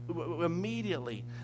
immediately